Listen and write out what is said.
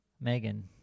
Megan